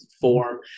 form